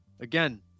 Again